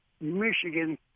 Michigan